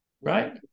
Right